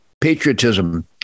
patriotism